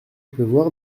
pleuvoir